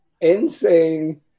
insane